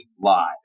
live